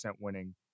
winning